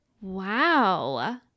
Wow